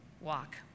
walk